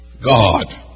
God